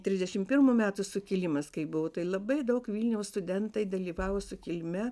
trisdešim pirmų metų sukilimas kai buvo labai daug vilniaus studentai dalyvavo sukilime